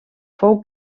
fou